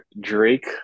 Drake